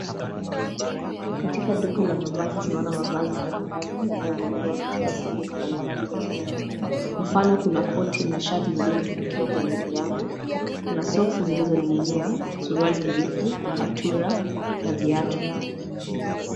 Katika duka la mavazi tunaona mavazi mbalimbali yanayovaliwa katika sehemu mbalimbali za mwili. Mfano; kuna koti na shati zilizotunukiwa kwenye viwango, kuna soksi zilizoning'inia, suruali ndefu, kaptura na viatu.